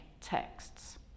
texts